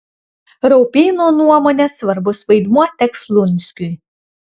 raupėno nuomone svarbus vaidmuo teks lunskiui